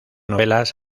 novelas